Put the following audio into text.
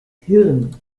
hirn